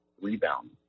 rebound